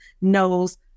knows